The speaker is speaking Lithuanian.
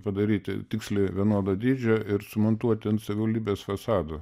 padaryti tiksliai vienodo dydžio ir sumontuoti ant savivaldybės fasado